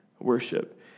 worship